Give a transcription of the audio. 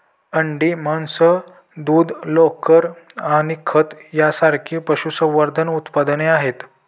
अंडी, मांस, दूध, लोकर आणि खत यांसारखी पशुसंवर्धन उत्पादने आहेत